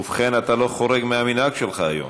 ובכן, אתה לא חורג מהמנהג שלך היום,